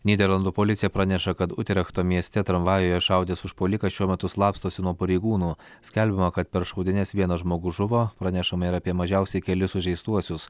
nyderlandų policija praneša kad utrechto mieste tramvajuje šaudęs užpuolikas šiuo metu slapstosi nuo pareigūnų skelbiama kad per šaudynes vienas žmogus žuvo pranešama ir apie mažiausiai kelis sužeistuosius